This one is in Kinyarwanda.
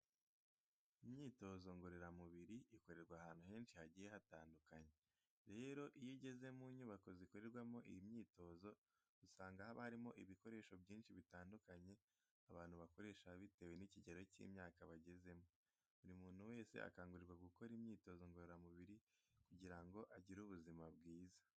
Imyitozo ngororamubiri ikorerwa ahantu henshi hagiye hatandukanye. Rero iyo ugeze mu nyubako zikorerwamo iyi myitozo usanga haba harimo ibikoresho byinshi bitandukanye abantu bakoresha bitewe n'ikigero cy'imyaka bagezemo. Buri muntu wese akangurirwa gukora imyitozo ngororamubiri kugira ngo agire ubuzima bwiza.